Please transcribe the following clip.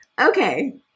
Okay